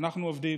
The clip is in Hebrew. אנחנו עובדים.